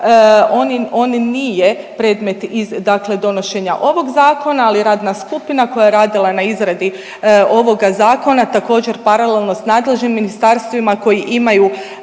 On nije predmet iz dakle donošenja ovog zakona, ali radna skupina koja je radila na izradi ovoga zakona također paralelno sa nadležnim ministarstvima koji imaju